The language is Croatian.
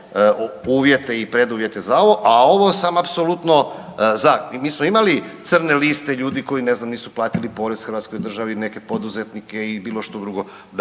uvjete i preduvjete za ovo, a ovo sam apsolutno za. Mi smo imali crne liste ljudi koji, ne znam, nisu platili porez hrvatskoj državi, neke poduzetnike i bilo što drugo.